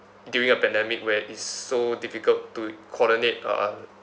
during a pandemic where it's so difficult to coordinate uh